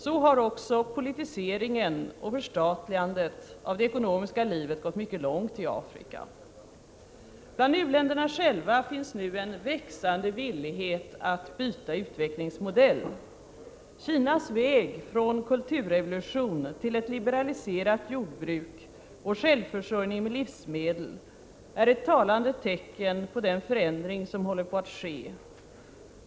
Så har också politiseringen och förstatligandet av det ekonomiska livet gått mycket långt i Afrika. Bland u-länderna själva finns nu en växande villighet att byta utvecklingsmodell. Kinas väg från kulturrevolution till ett liberaliserat jordbruk och självförsörjning med livsmedel är ett talande tecken på den förändring som håller på att ske.